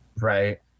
Right